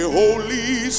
holy